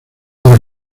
para